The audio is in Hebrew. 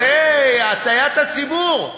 זו הטעיית הציבור,